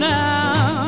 now